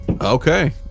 Okay